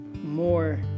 more